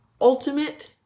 ultimate